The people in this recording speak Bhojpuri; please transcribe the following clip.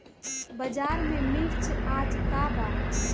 बाजार में मिर्च आज का बा?